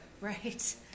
Right